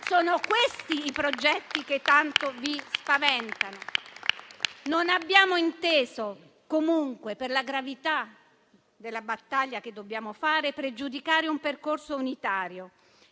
Sono questi i progetti che tanto vi spaventano. Non abbiamo inteso comunque, per la gravità della battaglia che dobbiamo fare, pregiudicare un percorso unitario,